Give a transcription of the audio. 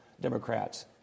Democrats